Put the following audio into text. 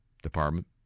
Department